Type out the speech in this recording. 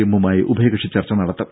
എമ്മുമായി ഉഭയകക്ഷി ചർച്ച നടത്തും